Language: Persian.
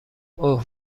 اوه